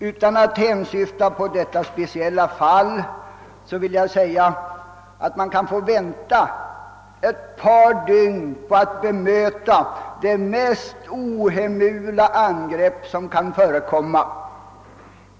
Utan att hänsyfta på detta speciella fall vill jag säga att man som sagt kan få vänta ett par dygn på ett tillfälle att bemöta de mest ohemula angrepp som kan förekomma.